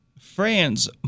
France